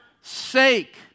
sake